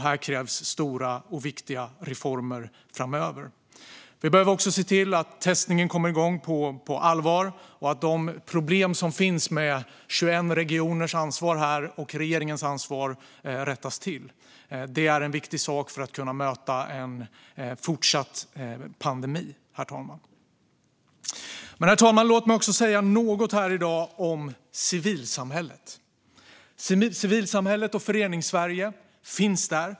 Här krävs stora och viktiga reformer framöver. Vi behöver också se till att testningen kommer igång på allvar och att de problem som finns med 21 regioners ansvar och med regeringens ansvar rättas till. Det är, herr talman, en viktig sak för att vi ska kunna möta en fortsatt pandemi. Herr talman! Låt mig också säga något här i dag om civilsamhället. Civilsamhället och Föreningssverige finns där.